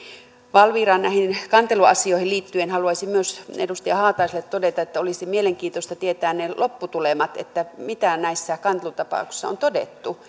valviran näihin kanteluasioihin liittyen haluaisin myös edustaja haataiselle todeta että olisi mielenkiintoista tietää ne lopputulemat että mitä näissä kantelutapauksissa on todettu